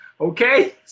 okay